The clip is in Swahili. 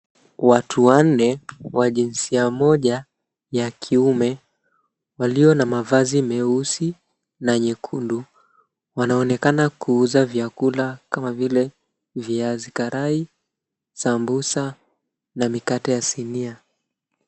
Watu wanne, wa jinsia moja ya kiume. Walio na mavazi meusi na nyekundu. Wanaonekana kuuza vyakula, kama vile viazi karai, sambusa, na mikate ya sinia.